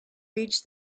reached